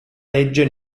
legge